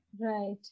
right